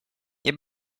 nie